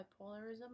Bipolarism